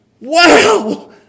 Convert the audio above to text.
Wow